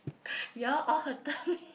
you all all hurted me